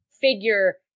figure